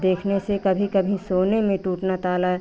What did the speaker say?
देखने से कभी कभी सोने में टूटता तारा